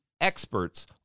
experts